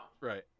Right